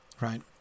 right